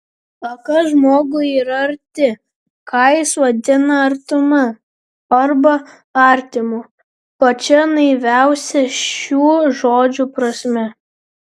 o kas žmogui yra arti ką jis vadina artuma arba artimu pačia naiviausia šių žodžių prasme